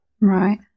Right